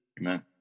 Amen